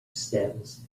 stems